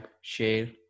share